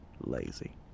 lazy